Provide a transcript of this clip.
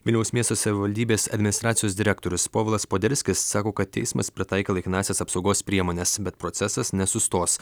vilniaus miesto savivaldybės administracijos direktorius povilas poderskis sako kad teismas pritaikė laikinąsias apsaugos priemones bet procesas nesustos